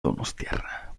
donostiarra